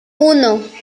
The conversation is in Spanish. uno